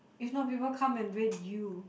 if not people come and raid you